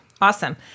Awesome